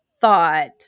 thought